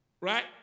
Right